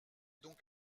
donc